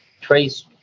trace